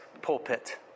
pulpit